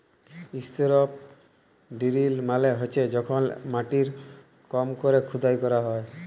strip drill মালে হছে যখল মাটির কম ক্যরে খুদাই ক্যরা হ্যয়